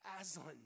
Aslan